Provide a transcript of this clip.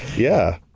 yeah,